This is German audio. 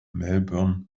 melbourne